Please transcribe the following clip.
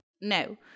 No